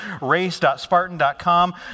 race.spartan.com